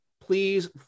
Please